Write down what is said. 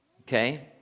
okay